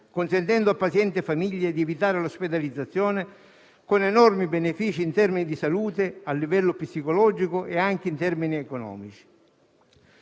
consentendo a pazienti e famiglie di evitare l'ospedalizzazione con enormi benefici in termini di salute a livello psicologico e anche economici.